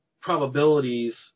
probabilities